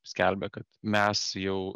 skelbia kad mes jau